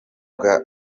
bwa